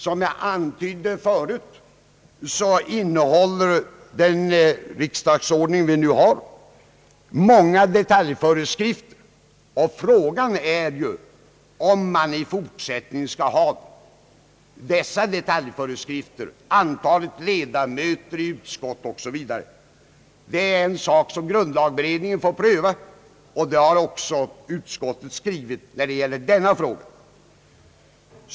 Som jag antydde förut innehåller den riksdagsordning vi nu har många detaljföreskrifter, och frågan är om man i fortsättningen skall ha dessa detaljföreskrifter — antalet ledamöter i utskott osv. Det är en sak som grundlagberedningen får pröva, och det har också utskottet skrivit beträffande denna fråga.